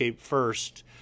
first